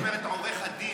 כמו שאת אומרת "עורך הדין".